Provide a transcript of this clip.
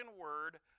word